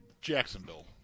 Jacksonville